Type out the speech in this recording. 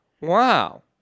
Wow